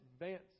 advance